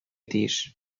тиеш